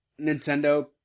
Nintendo